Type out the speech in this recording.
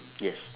yes